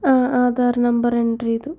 ആഹ് Aadhaar number enter ചെയ്തു